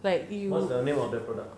what's the name of the product